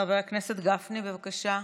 חבר הכנסת גפני, בבקשה.